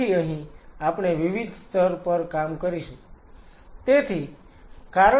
તેથી અહીં આપણે વિવિધ સ્તર પર કામ કરીશું